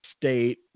state